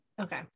Okay